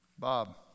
Bob